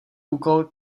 úkol